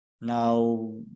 Now